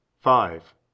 five